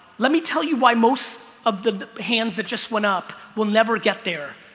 let me tell you why most of the hands that just went up will never get there.